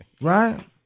right